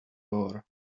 door